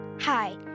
Hi